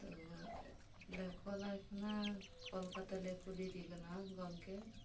ᱛᱳ ᱠᱚᱞᱟᱭ ᱠᱟᱱᱟ ᱠᱚᱞ ᱠᱟᱛᱮᱞᱮ ᱠᱩᱞᱤ ᱮᱫᱮ ᱠᱟᱱᱟ ᱜᱝᱠᱮ